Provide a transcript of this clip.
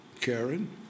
Karen